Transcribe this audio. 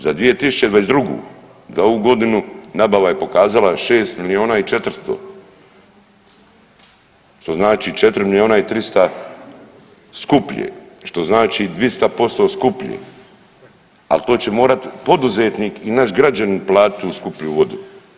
Za 2022. za ovu godinu nabava je pokazala 6 milijuna i 400, što znači 4 milijuna i 300 skuplje, što znači 200% skuplje, ali to će morat poduzetnik i naš građanin platit tu skuplju vodu.